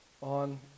on